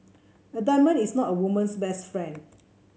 a diamond is not a woman's best friend